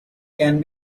can